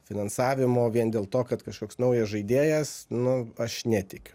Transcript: finansavimo vien dėl to kad kažkoks naujas žaidėjas nu aš netikiu